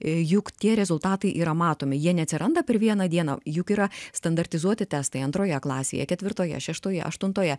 juk tie rezultatai yra matomi jie neatsiranda per vieną dieną juk yra standartizuoti testai antroje klasėje ketvirtoje šeštoje aštuntoje